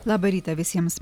labą rytą visiems